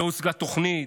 לא הוצגה תוכנית,